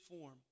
form